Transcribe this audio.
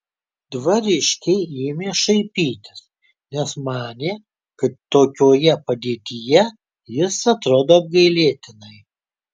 dvariškiai ėmė šaipytis nes manė kad tokioje padėtyje jis atrodo apgailėtinai